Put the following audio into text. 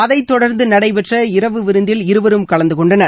அதை தொடர்ந்து நடைபெற்ற இரவு விருந்தில் இருவரும் கலந்துகொண்டனர்